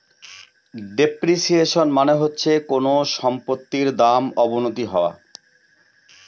depreciation মানে হচ্ছে কোনো সম্পত্তির দাম অবনতি হওয়া